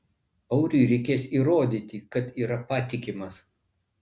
auriui reikės įrodyti kad yra patikimas